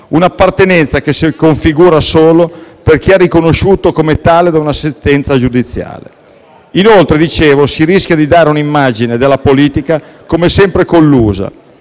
Un'appartenenza che si configura solo per chi è riconosciuto come tale da una sentenza giudiziale. Inoltre, come dicevo, si rischia di dare un'immagine della politica, come sempre, collusa,